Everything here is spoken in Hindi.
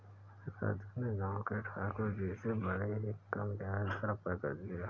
राजू ने गांव के ठाकुर जी से बड़े ही कम ब्याज दर पर कर्ज लिया